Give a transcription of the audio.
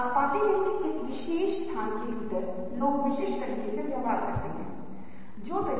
और 60 से अधिक छात्रों के साथ अध्ययन की एक श्रृंखला में हमारे अपने निष्कर्षों ने हमें कुछ रंग दिए